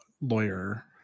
lawyer